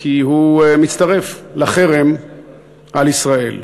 כי הוא מצטרף לחרם על ישראל,